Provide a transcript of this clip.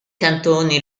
cantoni